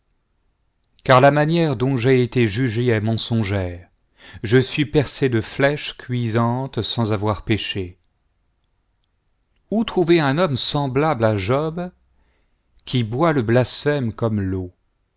car la manière dont j'ai été jugé est mensongère je suis percé de flèches cuisantes sans avoir péché où trouver un homme semblable à job qui boit le blasphème comme l'eau